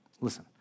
listen